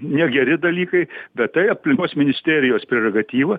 negeri dalykai bet tai aplinkos ministerijos prerogatyva